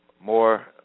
more